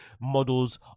models